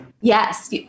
Yes